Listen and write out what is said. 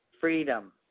freedom